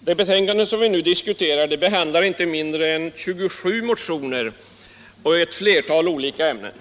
Det betänkande som vi nu diskuterar behandlar inte mindre än 27 motioner och ett flertal olika ämnen.